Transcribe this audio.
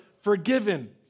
forgiven